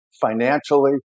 financially